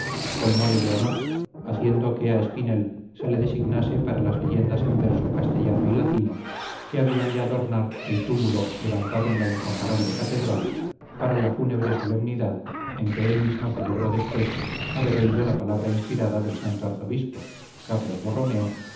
exequias colmole de honor haciendo que a espinel se le designase para las leyendas en verso castellano y latino que habían de adornar el túmulo levantado en la incomparable catedral para la fúnebre solemnidad en que él mismo celebró después haber oído la palabra inspirada del santo arzobispo carlos borromeo